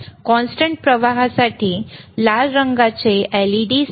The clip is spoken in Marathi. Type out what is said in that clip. कॉन्स्टंट प्रवाहासाठी लाल रंगाचे LED CC उपस्थित आहे